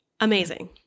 Amazing